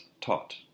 Taught